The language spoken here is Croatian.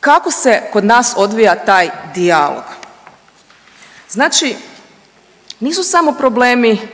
Kako se kod nas odvija taj dijalog? Znači nisu samo problemi